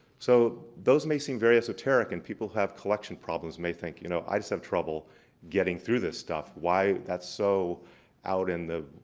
so, those may seem very esoteric and people who have collection problems may think, you know, i just have trouble getting through this stuff. why that's so out in the,